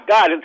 God